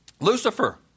Lucifer